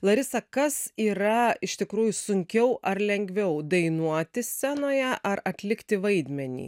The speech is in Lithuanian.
larisa kas yra iš tikrųjų sunkiau ar lengviau dainuoti scenoje ar atlikti vaidmenį